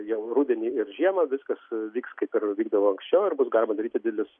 jau rudenį ir žiemą viskas vyks kaip ir vykdavo anksčiau ir bus galima daryti didelius